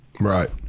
Right